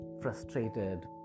frustrated